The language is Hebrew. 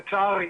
לצערי